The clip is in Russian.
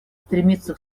стремиться